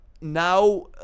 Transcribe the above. now